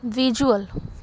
visual